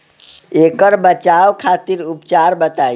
ऐकर बचाव खातिर उपचार बताई?